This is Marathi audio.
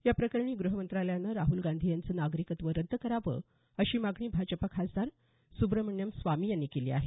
या प्रकरणी ग्रह मंत्रालयानं राहुल गांधी यांचं नागरिकत्व रद्द करावं अशी मागणी भाजपा खासदार सुब्रमण्यम स्वामी यांनी केली आहे